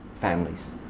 families